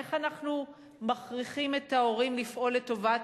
איך אנחנו מכריחים את ההורים לפעול לטובת